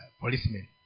policemen